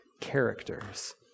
characters